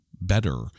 better